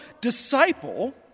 disciple